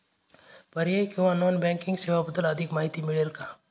पर्यायी किंवा non banking सेवांबद्दल अधिक माहिती मिळेल का?